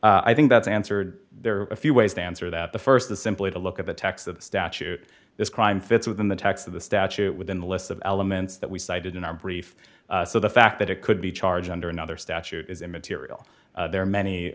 one i think that's answered there are a few ways to answer that the st is simply to look at the text of the statute this crime fits within the text of the statute within the list of elements that we cited in our brief so the fact that it could be charged under another statute is immaterial there are many